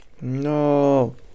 no